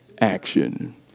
action